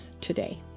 today